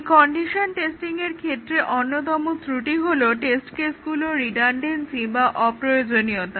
এই কন্ডিশন টেস্টিংয়ের ক্ষেত্রে অন্যতম ত্রুটি হলো টেস্ট কেসগুলোর রিডানডেন্সি বা অপ্রয়োজনীয়তা